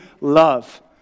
love